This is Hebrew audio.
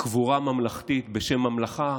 ממלכתית בשם ממלכה